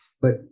but-